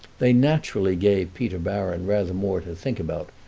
they naturally gave peter baron rather more to think about,